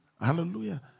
Hallelujah